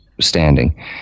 standing